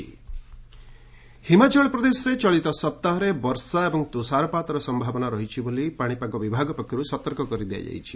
Himachal snow Himachal ପ୍ରଦେଶରେ ଚଳିତ ସପ୍ତାହରେ ବର୍ଷା ଏବଂ ତୃଷାରପାତର ସମ୍ଭାବନା ରହିଛି ବୋଲି ପାଣିପାଗ ବିଭାଗ ପକ୍ଷର୍ ସତର୍କ କରାଇ ଦିଆଯାଇଛି